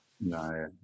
No